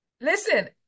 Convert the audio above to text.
Listen